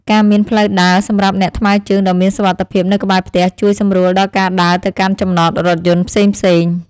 ការមានផ្លូវដើរសម្រាប់អ្នកថ្មើរជើងដ៏មានសុវត្ថិភាពនៅក្បែរផ្ទះជួយសម្រួលដល់ការដើរទៅកាន់ចំណតរថយន្តផ្សេងៗ។